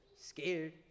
scared